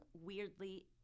weirdly